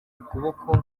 ukuboko